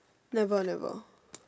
never never